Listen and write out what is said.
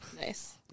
Nice